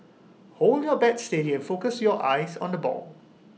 hold your bat steady and focus your eyes on the ball